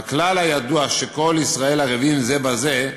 והכלל הידוע שכל ישראל ערבים זה בזה,